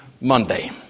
Monday